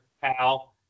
pal